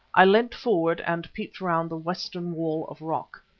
i leant forward and peeped round the western wall of rock.